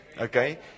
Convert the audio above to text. okay